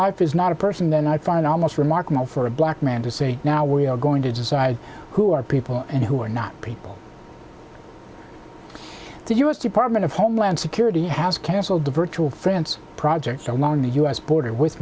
life is not a person then i find it almost remarkable for a black man to say now we are going to decide who are people and who are not people the u s department of homeland security has cancelled the virtual france project along the u s border with